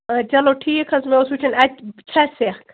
چلو ٹھیٖک حظ چھُ مےٚ اوس وُچھُن اَتہِ چھا سٮ۪کھ